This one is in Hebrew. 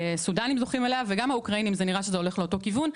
שהסודנים זוכים אליה וגם האוקראינים זה נראה שזה הולך לאותו כיון.